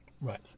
Right